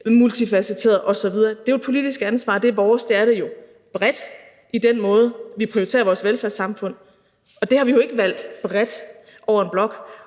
multifacetterede osv. – jo er et politisk ansvar, og det er vores. Det er det jo bredt i forhold til den måde, vi prioriterer vores velfærdssamfund på, og det har vi jo ikke valgt bredt over en blok